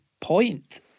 point